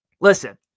Listen